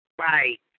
right